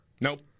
Nope